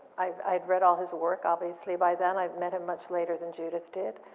i'd read all his work, obviously, by then. i'd met him much later than judith did.